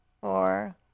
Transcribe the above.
four